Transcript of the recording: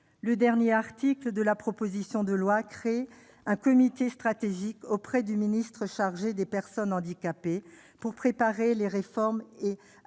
Le dernier article de la proposition de loi crée un comité stratégique auprès du ministre chargé des personnes handicapées pour préparer les réformes et